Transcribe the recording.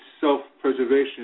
self-preservation